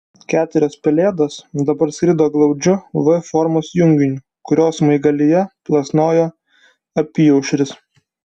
keturios pelėdos dabar skrido glaudžiu v formos junginiu kurio smaigalyje plasnojo apyaušris